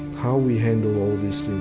how we handle all these